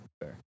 fair